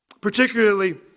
Particularly